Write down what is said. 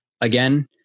again